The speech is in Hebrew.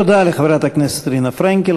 תודה לחברת הכנסת רינה פרנקל.